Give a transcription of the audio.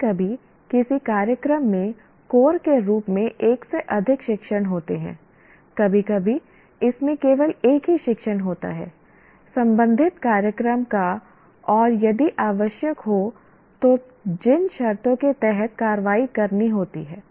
कभी कभी किसी कार्यक्रम में कोर के रूप में एक से अधिक शिक्षण होते हैं कभी कभी इसमें केवल एक ही शिक्षण होता है संबंधित कार्यक्रम का और यदि आवश्यक हो तो जिन शर्तों के तहत कार्रवाई करनी होती है